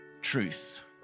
Truth